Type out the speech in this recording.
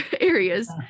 areas